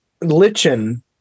Lichen